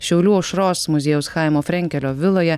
šiaulių aušros muziejaus chaimo frenkelio viloje